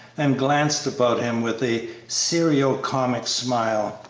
and glanced about him with a serio-comic smile.